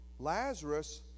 Lazarus